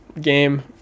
game